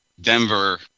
Denver